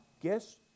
Guess